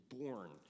born